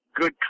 good